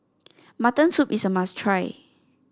Mutton Soup is a must try